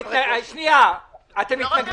100,000. אני אומר 80,000. רעב.